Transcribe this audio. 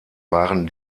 waren